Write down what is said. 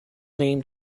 name